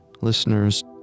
Listeners